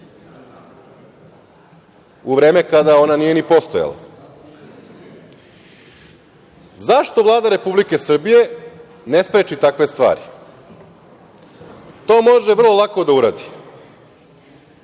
u vreme kada ona nije ni postojala.Zašto Vlada Republike Srbije ne spreči takve stvari? To može vrlo lako da uradi.